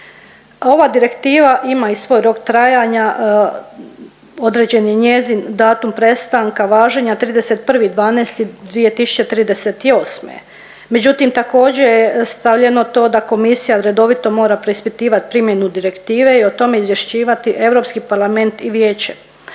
Ova direktiva ima i svoj rok trajanja određen je njezin datum prestanka važenja 31.12.2038., međutim također je stavljeno to da komisija redovito mora preispitivat primjenu direktive i o tome izvješćivati Europski parlament i vijeće.